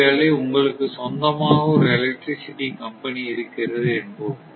ஒருவேளை உங்களுக்கு சொந்தமாக ஒரு எலக்ட்ரிசிட்டி கம்பெனி இருக்கிறது என்போம்